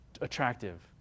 attractive